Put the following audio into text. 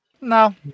No